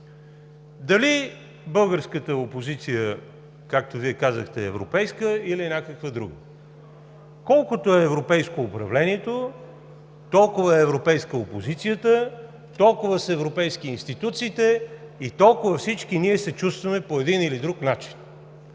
дали българската опозиция, както Вие казахте, е европейска или някаква друга? Колкото е европейско управлението, толкова е европейска опозицията, толкова са европейски институциите и толкова всички ние се чувстваме по един или друг начин.